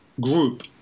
group